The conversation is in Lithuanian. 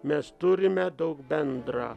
mes turime daug bendra